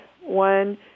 one